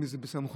אם זה בסמכותכם,